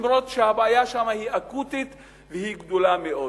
אף שהבעיה שם היא אקוטית והיא גדולה מאוד.